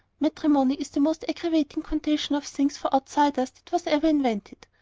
matrimony is the most aggravating condition of things for outsiders that was ever invented.